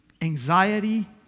anxiety